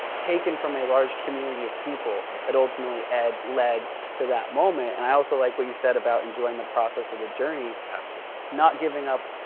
taken from a large community of people that ultimately led to that moment, and i also like what you said about enjoying the process or the journey. have to. not giving up,